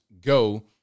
go